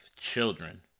children